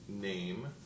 name